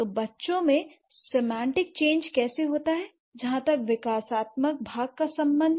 तो बच्चों में सिमएंटीक चेंज कैसे होता है जहां तक विकासात्मक भाग का संबंध है